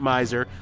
Miser